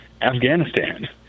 Afghanistan